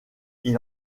ils